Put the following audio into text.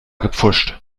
gepfuscht